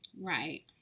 Right